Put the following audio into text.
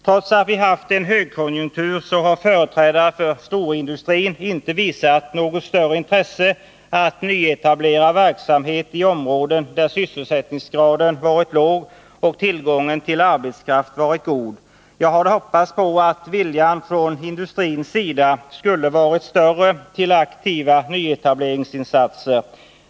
Trots att vi haft en högkonjunktur har företrädare för storindustrin inte visat något större intresse för att nyetablera verksamhet i områden där sysselsättningsgraden varit låg och tillgången på arbetskraft varit god. Jag hade hoppats på att viljan från industrins sida skulle ha varit större till aktiva nyetableringsinsatser.